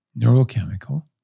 neurochemical